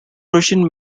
russian